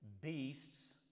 beasts